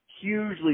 hugely